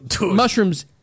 Mushrooms